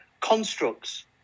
constructs